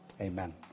Amen